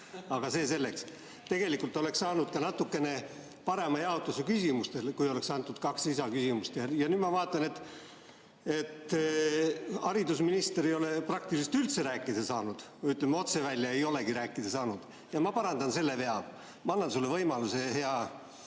Aga see selleks. Tegelikult oleks saanud ka natukene parema jaotuse küsimustele, kui oleks antud kaks lisaküsimust. Ja nüüd ma vaatan, et haridusminister ei ole peaaegu üldse rääkida saanud või, ütleme otse välja, ei olegi rääkida saanud. Ma parandan selle vea. Ma annan sulle võimaluse, hea